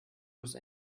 los